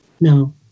No